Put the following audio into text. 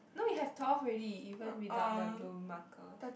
no you have twelve already even without the blue marker